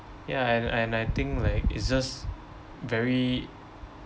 ya and and I think like it's just very